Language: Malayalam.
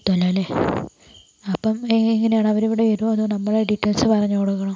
എത്തുവല്ലോ അല്ലെ അപ്പം എങ്ങനെയാണു അവര് ഇവിടെ വരുവോ അതോ നമ്മള് ഡീറ്റെയിൽസ് പറഞ്ഞു കൊടുക്കണോ